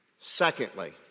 Secondly